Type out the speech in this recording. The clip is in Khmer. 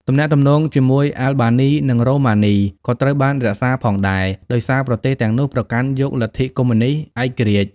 ទំនាក់ទំនងជាមួយអាល់បានី និងរូម៉ានី ក៏ត្រូវបានរក្សាផងដែរ ដោយសារប្រទេសទាំងនោះប្រកាន់យកលទ្ធិកុម្មុយនីស្តឯករាជ្យ។